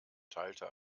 teilte